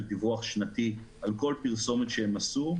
דיווח שנתי על כל פרסומת שהם עשו,